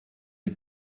die